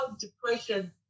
depression